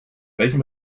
welchem